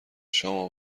شام